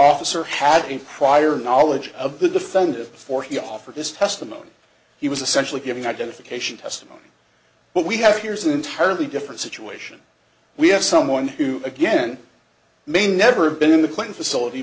officer had a prior knowledge of the defendant before he offered this testimony he was essentially giving identification testimony what we have here is an entirely different situation we have someone who again may never been in the plain facility